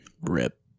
Rip